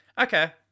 Okay